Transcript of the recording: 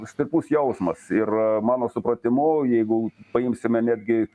stiprus jausmas ir mano supratimu jeigu paimsime netgi